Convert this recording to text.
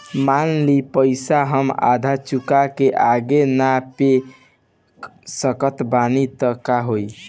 मान ली पईसा हम आधा चुका के आगे न दे पा सकत बानी त का होई?